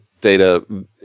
data